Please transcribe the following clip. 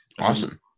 Awesome